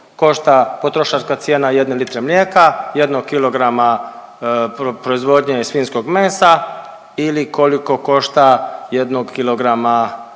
košta potrošačka cijena 1 litre mlijeka, 1 kilograma proizvodnje svinjskog mesa ili koliko košta 1 kilograma